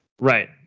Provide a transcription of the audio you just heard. Right